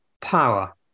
power